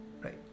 right